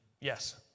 Yes